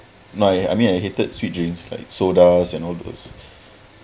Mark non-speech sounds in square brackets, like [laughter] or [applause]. no I mean I hated sweet drinks like sodas and all those [breath]